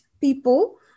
people